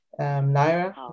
naira